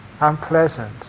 unpleasant